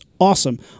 awesome